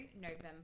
November